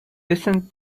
listened